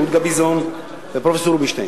פרופסור רות גביזון ופרופסור רובינשטיין.